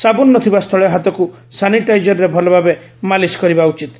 ସାବୁନ ନ ଥିବା ସ୍ଥଳେ ହାତକୁ ସାନିଟାଇଜରରେ ଭଲଭାବେ ମାଲିସ୍ କରିବା ଉଚିତ୍